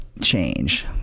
change